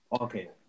Okay